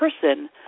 person